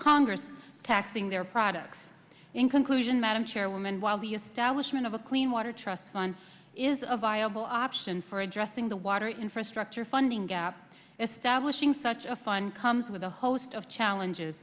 congress taxing their products in conclusion madam chairwoman while the establishment of a clean water trust science is a viable option for addressing the water infrastructure funding gap establishing such a fun comes with a host of challenges